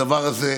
הדבר הזה,